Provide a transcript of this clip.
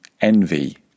envy